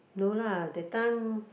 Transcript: no lah that time